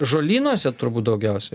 žolynuose turbūt daugiausiai